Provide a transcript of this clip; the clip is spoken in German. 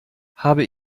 habe